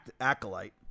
acolyte